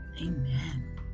Amen